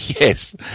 Yes